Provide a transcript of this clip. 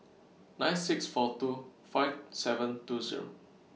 nine six four two five seven two Zero